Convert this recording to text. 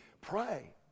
pray